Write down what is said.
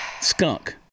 skunk